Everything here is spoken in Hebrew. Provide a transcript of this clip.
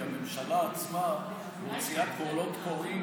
כי הממשלה עצמה מוציאה קולות קוראים